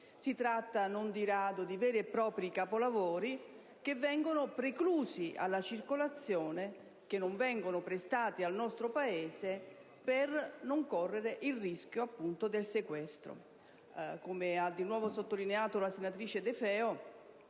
Si tratta non di rado di veri propri capolavori che vengono preclusi alla circolazione, che non vengono prestati al nostro Paese per non correre il rischio, appunto, del sequestro. Come ha sottolineato la senatrice De Feo,